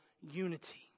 unity